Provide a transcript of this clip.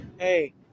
Hey